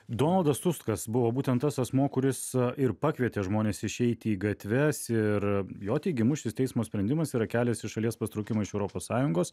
donaldas tuskas buvo būtent tas asmuo kuris ir pakvietė žmones išeiti į gatves ir jo teigimu šis teismo sprendimas yra kelias į šalies pasitraukimą iš europos sąjungos